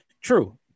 True